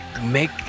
make